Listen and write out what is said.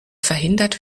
verhindert